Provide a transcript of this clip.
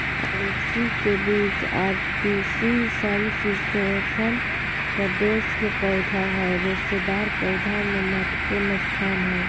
अलसी के बीज आर तीसी समशितोष्ण प्रदेश के पौधा हई रेशेदार पौधा मे महत्वपूर्ण स्थान हई